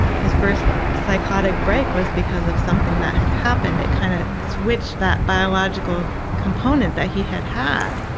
his first psychotic break was because of something that had happened, it kind of switched that biological component that he had had,